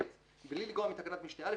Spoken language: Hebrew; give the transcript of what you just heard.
(ב) בלי לגרוע מתקנת משנה (א),